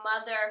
mother